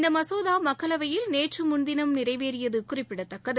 இந்த மசோதா மக்களவையில் நேற்று முன்தினம் நிறைவேறறியது குறிப்பிடத்தக்கது